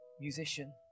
musician